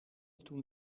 toen